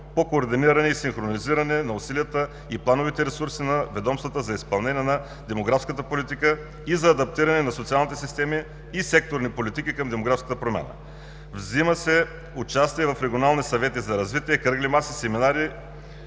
по координиране и синхронизиране на усилията и плановите ресурси на ведомствата за изпълнение на демографската политика и за адаптиране на социалните системи и секторни политики към демографска промяна. Взима се участие в регионални съвети за развитие, кръгли маси, семинари